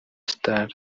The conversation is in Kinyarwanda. star